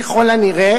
ככל הנראה,